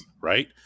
right